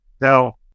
Now